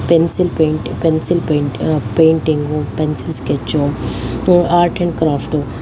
pencil paint pencil paint ಪೈಂಟಿಂಗೂ pencil sketch art and craft